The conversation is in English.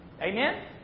Amen